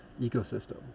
ecosystem